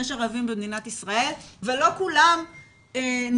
יש ערבים במדינת ישראל ולא כולם נפרדים.